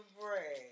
bread